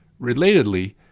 Relatedly